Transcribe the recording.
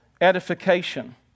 edification